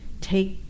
take